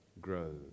grow